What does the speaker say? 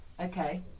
Okay